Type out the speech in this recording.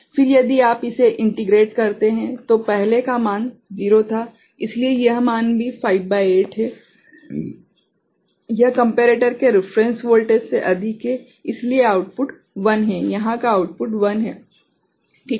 फिर यदि आप इसे एकीकृत करते हैं तो पहले का मान 0 था इसलिए यह मान भी 5 भागित 8 है यह कम्पेरेटर के रेफेरेंस वोल्टेज से अधिक है इसलिए आउटपुट 1 है यहां का आउटपुट 1 है ठीक है